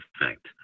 effect